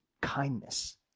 Kindness